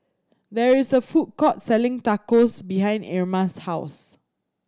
there is a food court selling Tacos behind Irma's house